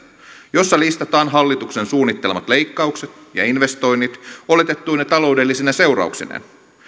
jossa listataan hallituksen suunnittelemat leikkaukset ja investoinnit oletettuine taloudellisine seurauksineen